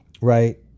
right